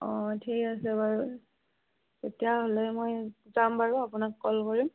অঁ ঠিক আছে বাৰু তেতিয়াহ'লে মই যাম বাৰু আপোনাক ক'ল কৰিম